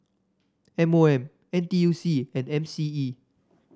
M O M N T U C and M C E